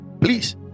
please